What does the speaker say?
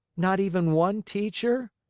not even one teacher?